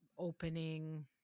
opening